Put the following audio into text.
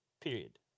period